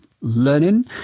learning